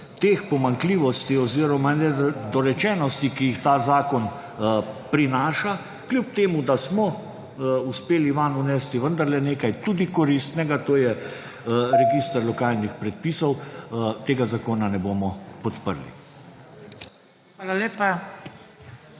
teh pomanjkljivosti oziroma nedorečenosti, ki jih ta zakon prinaša, kljub temu, da smo uspeli vanj vnesti vendarle nekaj tudi koristnega, to je / znak za konec razprave/ register lokalnih predpisov, tega zakona ne bomo podprli.